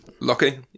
lucky